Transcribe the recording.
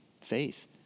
Faith